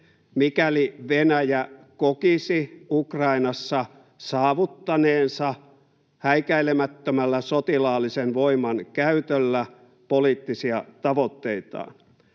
mikäli Venäjä kokisi Ukrainassa saavuttaneensa häikäilemättömällä sotilaallisen voiman käytöllä poliittisia tavoitteitaan,